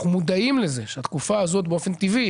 אנחנו מודעים לזה שהתקופה הזאת באופן טבעי,